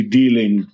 dealing